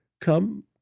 Come